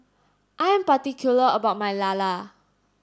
I am particular about my Lala